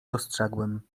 dostrzegłem